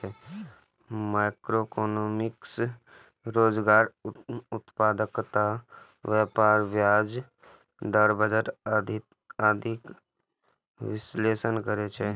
macroeconomics रोजगार, उत्पादकता, व्यापार, ब्याज दर, बजट आदिक विश्लेषण करै छै